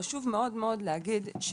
חשוב מאוד מאוד להגיד,